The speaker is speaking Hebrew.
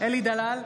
אלי דלל,